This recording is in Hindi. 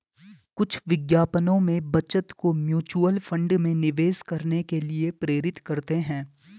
कुछ विज्ञापनों में बचत को म्यूचुअल फंड में निवेश करने के लिए प्रेरित करते हैं